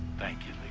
thank you,